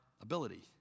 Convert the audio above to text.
ability